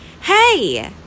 hey